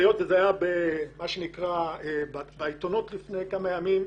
היות וזה היה בעיתונות לפני כמה ימים.